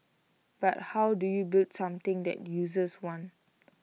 but how do you build something that users want